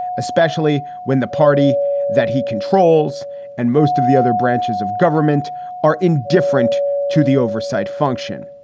especially when the party that he controls and most of the other branches of government are indifferent to the oversight function.